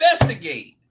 investigate